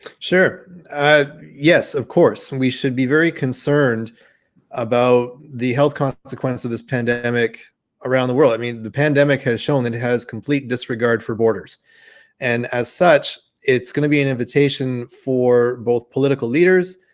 sure and yes of course we should be very concerned about the health consequences of this pandemic around the world i mean the pandemic has shown that it has complete disregard for borders and as such it's going to be an invitation for both political leaders,